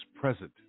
present